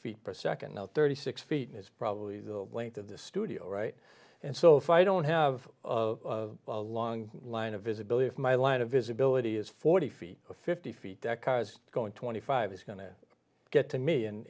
feet per nd now thirty six feet is probably the length of the studio right and so if i don't have a long line of visibility if my line of visibility is forty feet fifty feet that car is going twenty five is going to get to me in